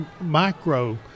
micro